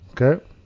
Okay